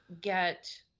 get